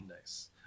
Nice